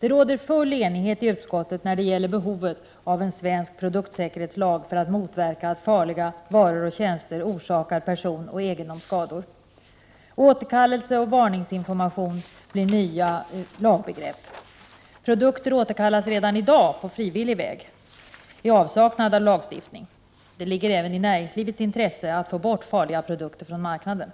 Det råder full enighet i utskottet när det gäller behovet av en svensk produktsäkerhetslag för att motverka att farliga varor och tjänster orsakar personoch egendomsskador. Återkallelse och varningsinformation blir nya lagbegrepp. Produkter återkallas redan i dag på frivillig väg i avsaknad av lagstiftning. Det ligger även i näringslivets intresse att få bort farliga produkter från marknaden.